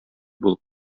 булып